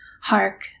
Hark